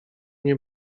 nie